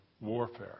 warfare